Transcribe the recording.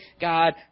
God